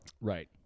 Right